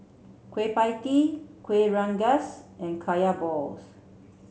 Kueh Pie Tee Kuih Rengas and Kaya Balls